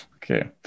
okay